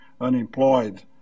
unemployed